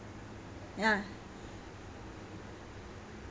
ya